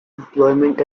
employment